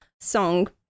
song